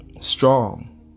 strong